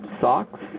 socks